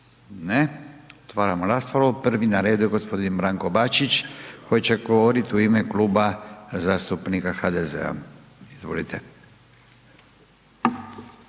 Ne. Otvaram raspravu. Prvi na redu je gospodin Branko Bačić koji će govoriti u ime Kluba zastupnika HDZ-a. Izvolite.